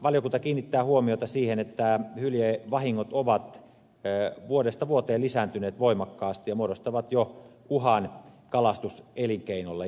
valiokunta kiinnittää huomiota siihen että hyljevahingot ovat vuodesta vuoteen lisääntyneet voimakkaasti ja muodostavat jo uhan kalastuselinkeinolle